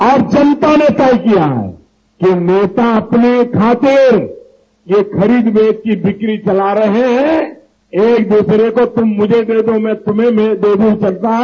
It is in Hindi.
अब जनता ने तय किया है कि नेता अपनी खातिर जो खरीद भेद की बिक्री चला रहे हैं एक दूसरे को तुम मुझे दो मैं तुम्हें दे दूं चलता है